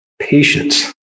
patience